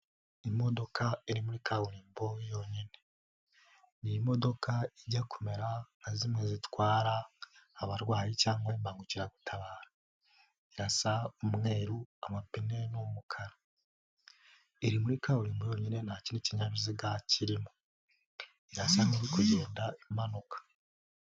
Imodoka iri muri kaburimbo yonyine ni imodoka ijya kumera nka zimwe zitwara abarwayi, cyangwa imbangukiragutabara, irasa umweru, amapine n'umukara. Iri muri kaburimbo yonyine nta kindi kinyabiziga kirimo irasa niri kugenda imanuka.